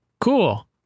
cool